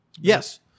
Yes